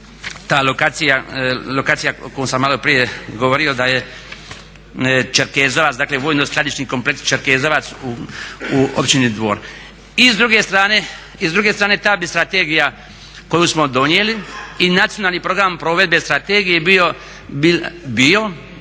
ta lokacija koju sam maloprije govorio da je Čerkezovac, dakle vojno skladišni kompleks Čerkezovac u Općini Dvor. I s druge strane ta bi strategija koju smo donijeli i Nacionalni program provedbe strategije bio